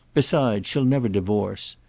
besides, she'll never divorce.